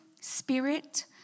spirit